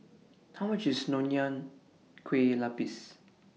How much IS Nonya Kueh Lapis